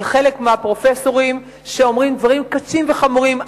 חלק מהפרופסורים שאומרים דברים קשים וחמורים,